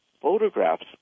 photographs